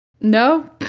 No